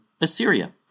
Assyria